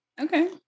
Okay